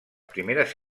primeres